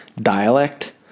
dialect